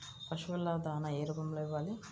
పశువుల దాణా ఏ రూపంలో ఇవ్వాలి?